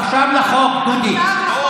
עכשיו לחוק, דודי.